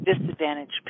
disadvantaged